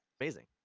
amazing